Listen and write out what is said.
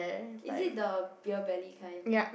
is it the beer belly kind